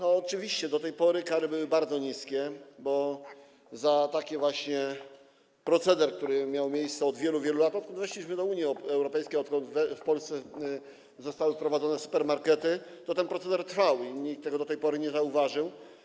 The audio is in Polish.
Oczywiście do tej pory kary były bardzo niskie, bo taki właśnie proceder, który miał miejsce od wielu, wielu lat, odkąd weszliśmy do Unii Europejskiej, odkąd w Polsce zostały wprowadzone supermarkety, trwał i nikt tego do tej pory nie zauważył.